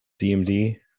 DMD